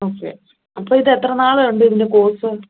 okay അപ്പോൾ ഇത് എത്ര നാളുണ്ട് ഇതിൻ്റെ കോഴ്സ്